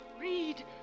Read